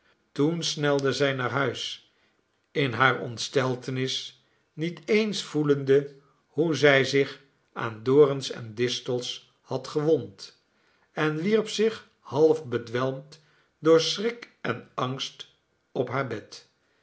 toen snelde zij naar huis in hare ontsteltenis niet eens voelende hoe zij zich aan dorens en distelen had gewond en wierp zich half bedwelmd door schrik en angst op haar bed